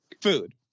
Food